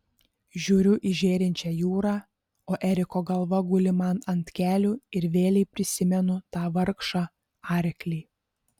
žiūriu į žėrinčią jūrą o eriko galva guli man ant kelių ir vėlei prisimenu tą vargšą arklį